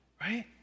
Right